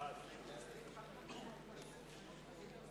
ההסתייגות של קבוצת סיעת